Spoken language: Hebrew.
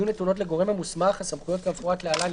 יהיו נתונות לגורם המוסמך הסמכויות כמפורט להלן,